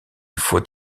faut